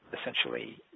essentially